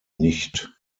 nicht